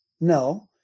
no